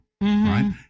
right